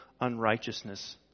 unrighteousness